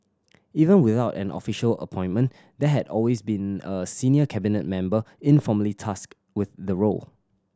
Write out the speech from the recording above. even without an official appointment there had always been a senior Cabinet member informally tasked with the role